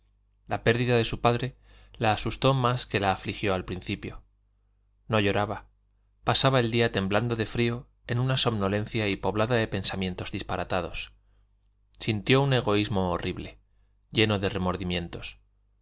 la pérdida de su padre la asustó más que la afligió al principio no lloraba pasaba el día temblando de frío en una somnolencia poblada de pensamientos disparatados sintió un egoísmo horrible lleno de remordimientos